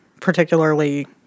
particularly